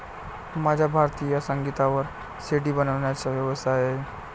माझा भारतीय संगीतावर सी.डी बनवण्याचा व्यवसाय आहे